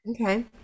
Okay